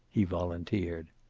he volunteered.